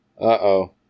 Uh-oh